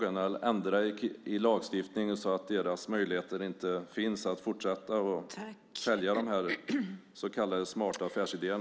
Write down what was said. Alternativet är att ändra i lagstiftningen så att de inte har möjlighet att fortsätta att använda sig av dessa så kallade smarta affärsidéer.